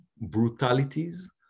brutalities